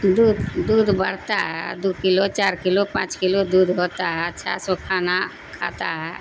دودھ دودھ بڑھتا ہے دو کلو چار کلو پانچ کلو دودھ ہوتا ہے اچھا سا کھانا کھاتا ہے